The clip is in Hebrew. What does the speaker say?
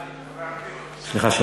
סליחה.